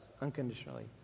unconditionally